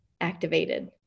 activated